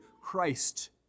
Christ